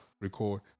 record